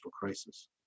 crisis